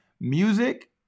music